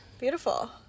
beautiful